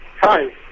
Hi